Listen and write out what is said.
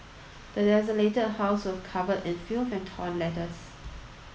the desolated house was covered in filth and torn letters